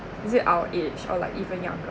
is it our age or like even younger